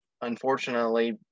Unfortunately